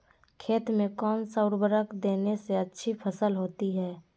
खेत में कौन सा उर्वरक देने से अच्छी फसल होती है?